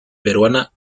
peruana